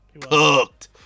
Cooked